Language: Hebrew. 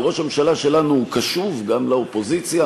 אבל ראש הממשלה שלנו הוא קשוב גם לאופוזיציה.